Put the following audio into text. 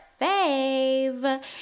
fave